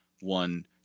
one